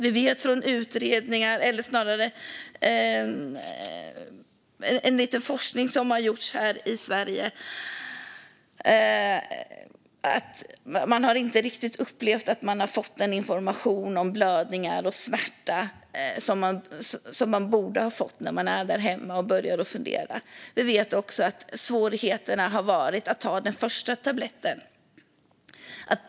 Vi vet från forskning som har gjorts här i Sverige att man inte riktigt har upplevt att man har fått den information om blödningar och smärta som man borde ha fått när man var där hemma och började fundera. Vi vet också att svårigheten har varit att ta den första tabletten.